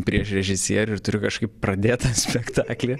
prieš režisierių ir turiu kažkaip pradėt tą spektaklį